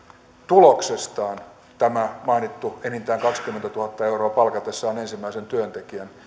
tuloksestaan tämä mainittu enintään kaksikymmentätuhatta euroa palkatessaan ensimmäisen työntekijän